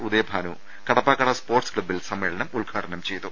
Udayabhanu Kadappakada sports ക്ലബ്ബിൽ സമ്മേളനം ഉദ്ഘാടനം ചെയ്തു